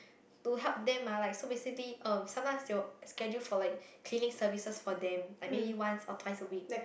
to help them ah like so basically uh sometimes they will schedule for like cleaning services for them like maybe once or twice a week